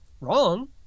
wrong